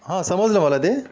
हां समजलं मला ते